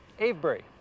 Avebury